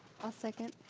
i'll second.